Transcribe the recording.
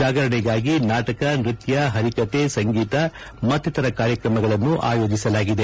ಜಾಗರಣೆಗಾಗಿ ನಾಟಕ ನೃತ್ಯ ಹರಿಕಥೆ ಸಂಗೀತ ಮತ್ತಿತರ ಕಾರ್ಯತ್ರಮಗಳನ್ನು ಆಯೋಜಿಸಲಾಗಿದೆ